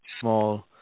small